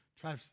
Try